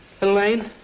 Elaine